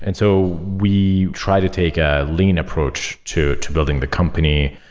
and so, we try to take a lean approach to to building the company.